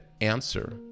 answer